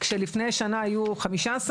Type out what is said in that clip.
כשלפני שנה היו 15,